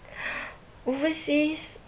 overseas